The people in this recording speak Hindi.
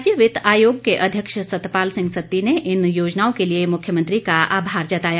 राज्य वित्त आयोग के अध्यक्ष सतपाल सिंह सत्ती ने इन योजनाओं के लिए मुख्यमंत्री का आभार जताया